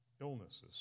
Illnesses